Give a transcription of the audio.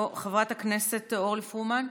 לא, חברת הכנסת אורלי פרומן,